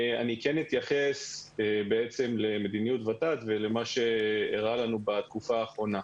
אני אתייחס למדיניות ות"ת ולמה שאירע לנו בתקופה האחרונה.